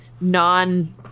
non